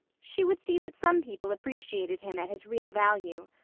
she would see that some people appreciated him at his real value.